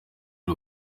uri